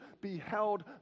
beheld